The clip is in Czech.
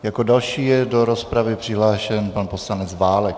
Jako další je do rozpravy přihlášen pan poslanec Válek.